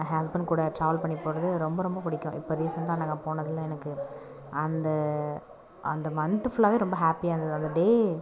husband கூட travel பண்ணி போகிறது ரொம்ப ரொம்ப பிடிக்கும் இப்போ ரீசண்டாக நாங்கள் போனதில் எனக்கு அந்த அந்த மன்ந்த் ஃபுல்லாகவே ரொம்ப ஹாப்பியாக இருந்தது அந்த டே